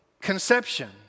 conception